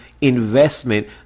investment